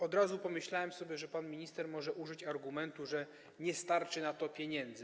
Od razu pomyślałem sobie, że pan minister może użyć argumentu, że nie starczy na to pieniędzy.